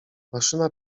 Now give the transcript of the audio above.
maszyna